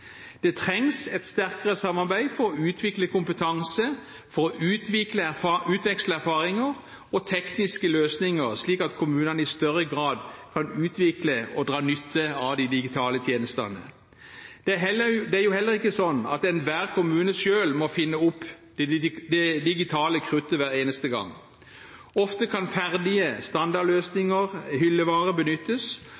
Det trengs et sterkere samarbeid for å utvikle kompetanse og utveksle erfaringer og tekniske løsninger, slik at kommunene i større grad kan utvikle og dra nytte av de digitale tjenestene. Det er jo heller ikke slik at enhver kommune selv må finne opp det digitale kruttet hver eneste gang. Ofte kan ferdige